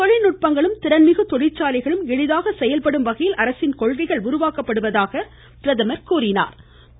தொழில்நுட்பங்களும் திறன்மிகு தொழிற்சாலைகளும் எளிதாக செயல்படும் வகையில் அரசின் கொள்கைகள் உருவாக்கப்படுவதாக பிரதமா் எடுத்துரைத்தாா்